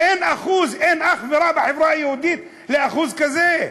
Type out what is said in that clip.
אין אחוז, אין אח ורע בחברה היהודית לאחוז כזה.